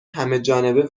همهجانبه